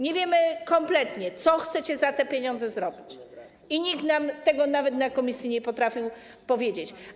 Nie wiemy kompletnie, co chcecie za te pieniądze zrobić, i nikt nam tego na posiedzeniu komisji nie potrafił powiedzieć.